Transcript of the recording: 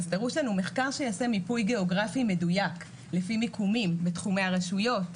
דרוש לנו מחקר שיעשה מיפוי גיאוגרפי מדויק לפי מיקומים בתחומי הרשויות.